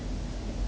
because